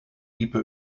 type